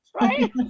Right